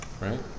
right